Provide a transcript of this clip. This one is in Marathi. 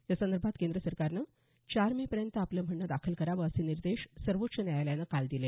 यासंदर्भात केंद्र सरकारनं चार मे पर्यंत आपलं म्हणणं दाखल करावं असे निर्देश सर्वोच्च न्यायालयानं काल दिले